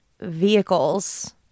vehicles